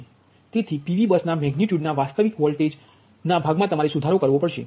તેથી PV bus ના magnitude ના વાસ્તવિક વોલ્ટેજ ભાગમા સુધારો કરવો પડશે